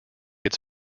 its